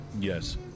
Yes